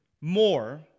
more